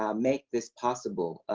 ah make this possible,